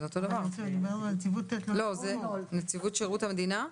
את מדברת על נציבות תלונות הציבור במשרד מבקר המדינה.